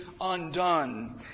undone